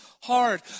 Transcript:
hard